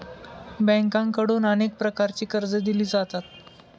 बँकांकडून अनेक प्रकारची कर्जे दिली जातात